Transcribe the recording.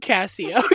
Casio